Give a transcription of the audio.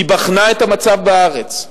היא בחנה את המצב בארץ.